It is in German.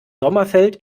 sommerfeld